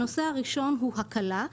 הנושא הראשון הוא הקלה.